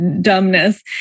dumbness